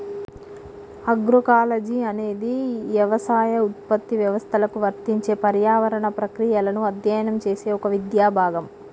agroecology అనేది యవసాయ ఉత్పత్తి వ్యవస్థలకు వర్తించే పర్యావరణ ప్రక్రియలను అధ్యయనం చేసే ఒక విద్యా భాగం